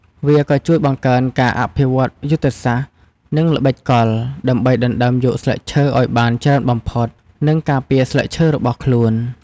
វាក៏ជួយបង្កើនការអភិវឌ្ឍយុទ្ធសាស្ត្រ និងល្បិចកល ដើម្បីដណ្ដើមយកស្លឹកឈើឱ្យបានច្រើនបំផុត និងការពារស្លឹកឈើរបស់ខ្លួន។